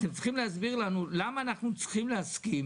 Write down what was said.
אתם צריכים להסביר לנו למה אנחנו צריכים להסכים